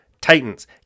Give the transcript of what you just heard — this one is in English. Titans